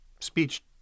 speech